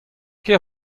ket